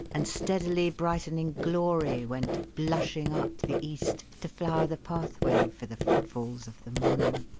and steadily brightening glory went blushing up the east to flower the pathway for the footfalls of the morning.